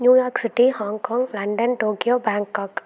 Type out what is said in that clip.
New York city Hong Kong London Tokyo Bangkok